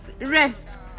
rest